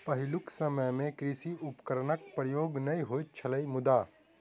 पहिलुक समय मे कृषि उपकरणक प्रयोग नै होइत छलै मुदा